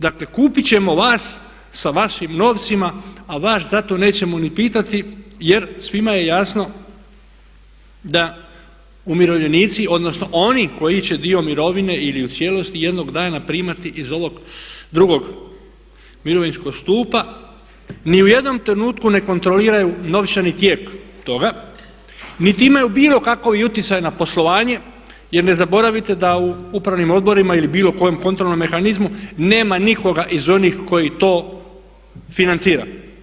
Dakle kupiti ćemo vas sa vašim novcima a vas za to nećemo ni pitati jer svima je jasno da umirovljenici odnosno oni koji će dio mirovine ili u cijelosti jednog dana primati iz ovog drugog mirovinskog stupa ni u jednom trenutku ne kontroliraju novčani tijek toga niti imaju bilo kakvi utjecaj na poslovanje jer ne zaboravite da u upravnim odborima ili bilo kojem kontrolnom mehanizmu nema nikoga iz onih koji to financira.